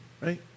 right